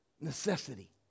necessity